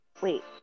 Wait